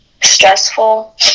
stressful